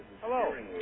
Hello